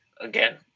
again